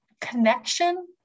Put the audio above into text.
connection